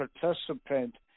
participant